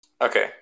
Okay